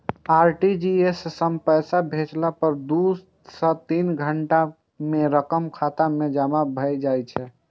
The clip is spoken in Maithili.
आर.टी.जी.एस सं पैसा भेजला पर दू सं तीन घंटा मे रकम खाता मे जमा भए जाइ छै